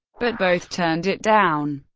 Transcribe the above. but both turned it down.